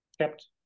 kept